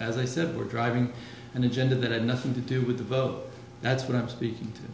as i said we're driving and agenda that had nothing to do with the vote that's what i'm speaking to